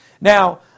Now